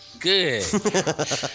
Good